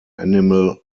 animal